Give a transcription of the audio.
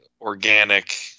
organic